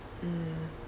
mm